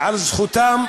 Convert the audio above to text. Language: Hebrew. על זכותם,